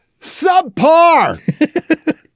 subpar